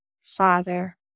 Father